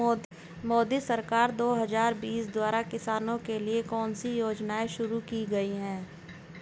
मोदी सरकार दो हज़ार बीस द्वारा किसानों के लिए कौन सी योजनाएं शुरू की गई हैं?